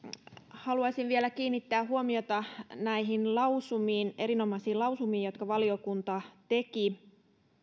haluaisin vielä kiinnittää huomiota näihin erinomaisiin lausumiin jotka valiokunta teki